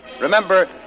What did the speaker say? Remember